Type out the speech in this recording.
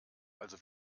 also